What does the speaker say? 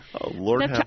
lord